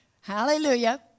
Hallelujah